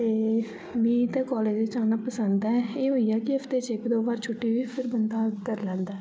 ते मी ते कालेज च जाना पसंद ते ऐ होइया की हफ्ते च इक दो बार छुटी बी फिर बंदा करी लैंदा